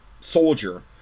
soldier